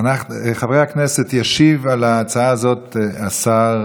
חברי הכנסת, ישיב על ההצעה הזאת השר